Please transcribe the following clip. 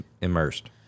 immersed